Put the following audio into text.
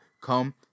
come